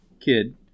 kid